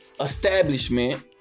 establishment